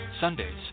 Sundays